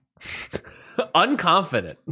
Unconfident